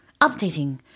Updating